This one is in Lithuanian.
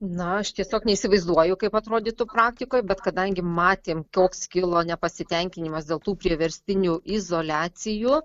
na aš tiesiog neįsivaizduoju kaip atrodytų praktikoj bet kadangi matėm koks kilo nepasitenkinimas dėl tų priverstinių izoliacijų